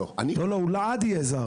לא, לא, הוא לעד יהיה זר.